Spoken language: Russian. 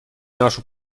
нашу